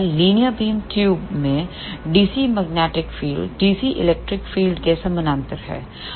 linear beam ट्यूबों में DC magnetic field DC electric field के समानांतर है